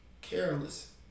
Careless